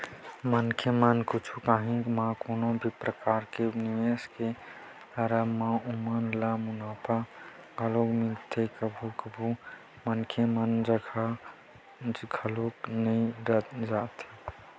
मनखे मन कुछु काही म कोनो भी परकार के निवेस के करब म ओमन ल मुनाफा घलोक मिलथे कभू कभू मनखे मन ल घाटा घलोक हो जाथे